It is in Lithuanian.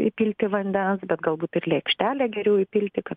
įpilti vandens bet galbūt ir lėkštelę geriau įpilti kad